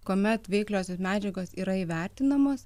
kuomet veikliosios medžiagos yra įvertinamos